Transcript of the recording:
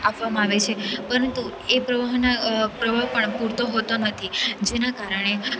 આપવામાં આવે છે પરંતુ એ પ્રવાહના પ્રવાહ પણ પૂરતો હોતો નથી જેનાં કારણે